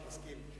מסכים.